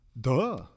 Duh